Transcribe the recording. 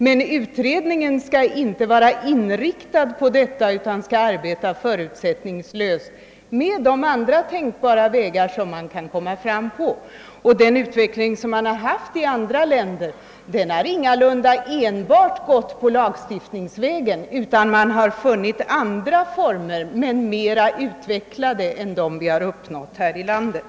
Men utredningen skall inte vara inriktad på detta, utan den skall arbeta förutsättningslöst och överväga andra tänkbara vägar. Den utveckling som man har haft i andra länder har ingalunda gått enbart lagstiftningsvägen utan man har funnit andra former, mera utvecklade än dem som vi har tillämpat här i landet.